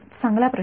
चांगला प्रश्न